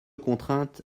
contrainte